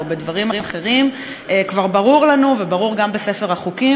או בדברים אחרים כבר ברור לנו וברור גם בספר החוקים